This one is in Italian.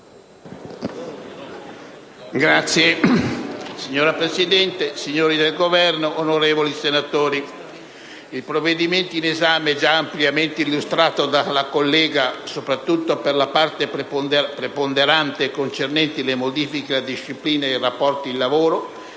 Signora Presidente, signori del Governo, onorevoli senatori, il provvedimento in esame, già ampiamente illustrato dalla collega Gatti soprattutto per la parte (preponderante) concernente le modifiche alla disciplina dei rapporti di lavoro,